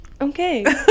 Okay